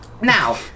Now